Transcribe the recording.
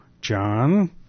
John